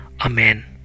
Amen